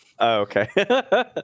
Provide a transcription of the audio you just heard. okay